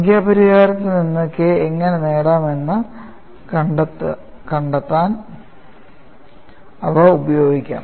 സംഖ്യാ പരിഹാരത്തിൽ നിന്ന് K എങ്ങനെ നേടാം എന്ന് കണ്ടെത്താൻ അവ ഉപയോഗിക്കാം